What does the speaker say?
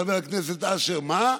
חבר הכנסת אשר: מה,